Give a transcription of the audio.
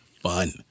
fun